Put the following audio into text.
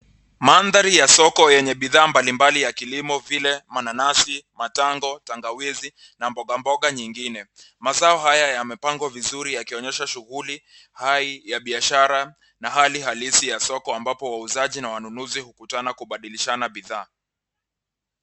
Mandhari ya soko yenye bidhaa mbalimbali ya kilimo vile mananasi, matango, tangawizi na mboga mboga nyingine. Mazao haya yamepangwa vizuri yakionyesha shughuli hai ya biashara na hali halisi ya soko ambapo wauzaji na wanunuzi hukutana kubadilishana bidhaa.